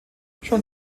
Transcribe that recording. schon